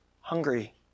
hungry